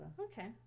Okay